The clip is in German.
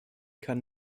kann